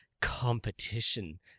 competition